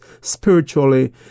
spiritually